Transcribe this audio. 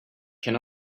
can